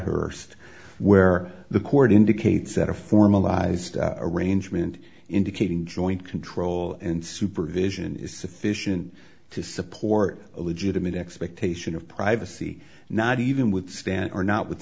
broadhurst where the court indicates that a formalized arrangement indicating joint control and supervision is sufficient to support a legitimate expectation of privacy not even withstand or not with